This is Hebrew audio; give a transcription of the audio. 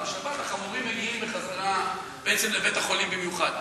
אז בשבת המקרים החמורים מגיעים בחזרה בעצם לבית-החולים במיוחד.